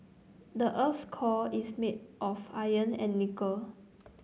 the earth's core is made of iron and nickel